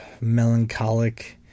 melancholic